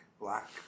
Black